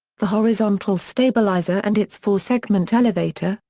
the horizontal stabilizer and its four-segment elevator,